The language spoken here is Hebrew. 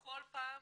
כל פעם